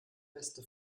beste